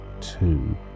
two